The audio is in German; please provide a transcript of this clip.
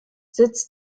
sitz